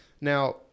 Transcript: Now